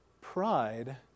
pride